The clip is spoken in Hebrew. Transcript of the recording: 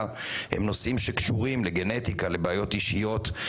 הם נושאים שקשורים לגנטיקה ולבעיות אישיות.